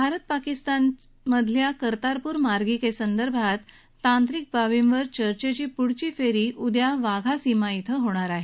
भारत पाकिस्तानमधल्या कर्तारपूर मार्गिकेसंदर्भातल्या तांत्रिक बाबींवर चर्चेची पुढली फेरी उद्या वाघा सीमा इथं होणार आहे